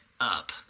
up